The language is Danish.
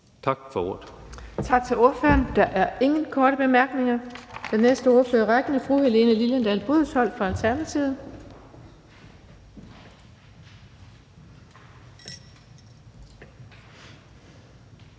Tak for ordet.